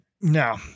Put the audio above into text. No